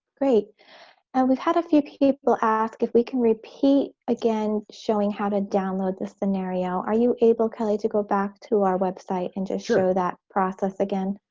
great and we've had a few people ask if we can repeat again showing how to download the scenario are you able kelly to go back to our website and just show that process again?